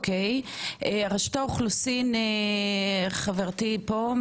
רשות האוכלוסין, חברתי פה,